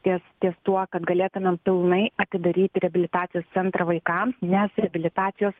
ties ties tuo kad galėtumėm pilnai atidaryti reabilitacijos centrą vaikams nes reabilitacijos